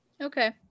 Okay